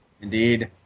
Indeed